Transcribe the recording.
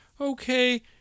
okay